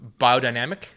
Biodynamic